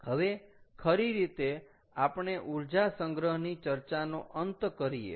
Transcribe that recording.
હવે ખરી રીતે આપણે ઊર્જા સંગ્રહની ચર્ચાનો અંત કરીએ